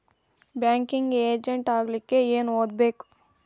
Banking agent ಆಗ್ಲಿಕ್ಕೆ ಏನ್ ಓದ್ಬೇಕು?